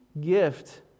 gift